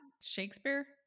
Shakespeare